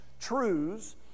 truths